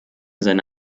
seine